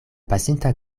pasinta